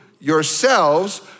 Yourselves